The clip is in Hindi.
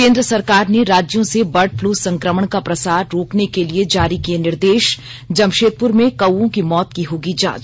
केंद्र सरकार ने राज्यों से बर्ड फ्लू संकमण का प्रसार रोकने के लिए जारी किये निर्देश जमशेदपुर में कौओं की मौत की होगी जांच